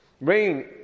Rain